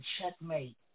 checkmate